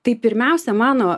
tai pirmiausia mano